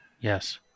Yes